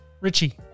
Richie